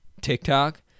TikTok